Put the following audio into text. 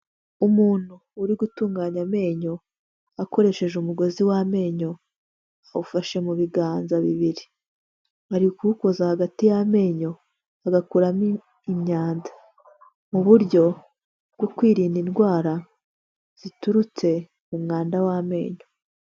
Umuntu uri gutunganya amenyo akoresheje umugozi w'amenyo, awufashe mu biganza bibiri. Ari kuwukoza hagati y'amenyo, agakuramo imyanda mu buryo bwo kwirinda indwara ziturutse mu mwanda w'amenyo.